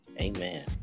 amen